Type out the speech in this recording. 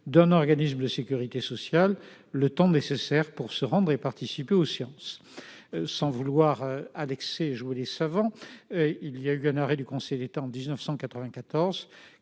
d'un organisme de sécurité sociale, le temps nécessaire pour se rendre et participer aux séances [...]». Sans vouloir à l'excès jouer les savants, j'ajoute qu'un arrêt du Conseil d'État de 1994